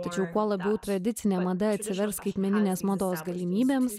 tačiau kuo labiau tradicinė mada atsivers skaitmeninės mados galimybėms